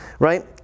Right